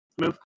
move